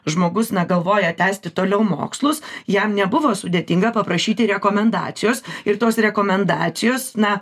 žmogus na galvoja tęsti toliau mokslus jam nebuvo sudėtinga paprašyti rekomendacijos ir tos rekomendacijos na